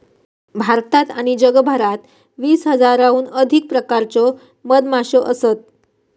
भारतात आणि जगभरात वीस हजाराहून अधिक प्रकारच्यो मधमाश्यो असत